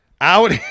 out